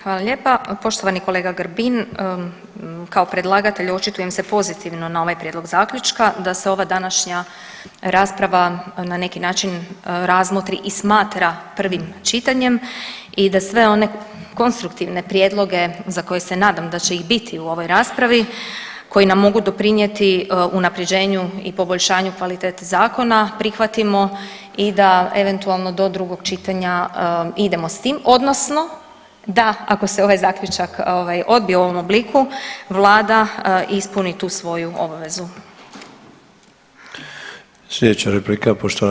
Hvala lijepa, poštovani kolega Grbin, kao predlagatelj očitujem se pozitivno na ovaj prijedlog zaključka da se ova današnja rasprava na neki način razmotri i smatra prvim čitanjem i da sve one konstruktivne prijedloge za koje se nadam da će ih biti u ovoj raspravi koji nam mogu doprinijeti unapređenju i poboljšanju kvalitete zakona prihvatimo i da eventualno do drugog čitanja idemo s tim odnosno da ako se ovaj zaključak odbije u ovom obliku vlada ispuni tu svoju obvezu.